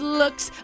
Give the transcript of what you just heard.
looks